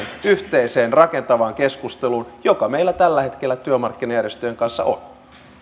yhteiseen rakentavaan keskusteluun joka meillä tällä hetkellä työmarkkinajärjestöjen kanssa